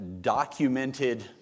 documented